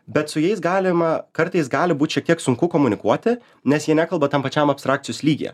bet su jais galima kartais gali būt šiek tiek sunku komunikuoti nes jie nekalba tam pačiam abstrakcijos lygyje